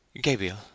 Gabriel